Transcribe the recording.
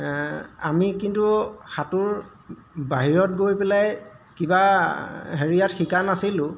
আমি কিন্তু সাঁতোৰ বাহিৰত গৈ পেলাই কিবা হেৰিয়াত শিকা নাছিলোঁ